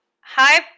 hi